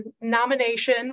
nomination